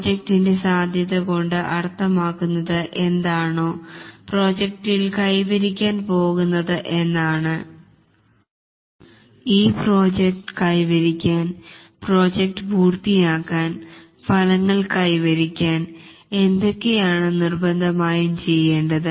പ്രോജക്റ്റിന്റെ സാധ്യത കൊണ്ട് അർത്ഥമാക്കുന്നത് എന്താണോ പ്രോജക്ടിൽ കൈവരിക്കാൻ പോകുന്നത് എന്നാണ് ഈ പ്രോജക്ട് കൈവരിക്കാൻ പ്രോജക്ട് പൂർത്തിയാകാൻ ഫലങ്ങൾ കൈവരിക്കാൻ എന്തോകെയാണ് നിർബന്ധമായും ചെയ്യേണ്ടത്